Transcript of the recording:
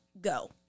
go